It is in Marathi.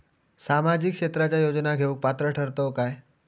सामाजिक क्षेत्राच्या योजना घेवुक पात्र ठरतव काय?